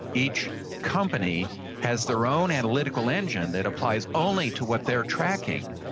each company has their own analytical engine that applies only to what they're tracking,